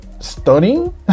stunning